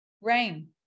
Rain